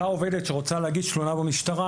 אותה עובדת שרוצה להגיש תלונה במשטרה,